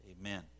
amen